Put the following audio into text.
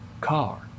car